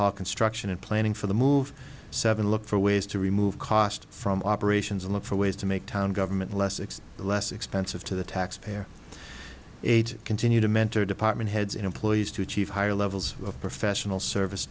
townhall construction and planning for the move seven look for ways to remove cost from operations and look for ways to me town government less it's less expensive to the taxpayer eight continue to mentor department heads employees to achieve higher levels of professional service